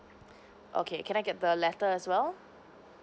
okay can I get the letter as well